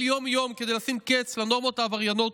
יום-יום כדי לשים קץ לנורמות העבריינות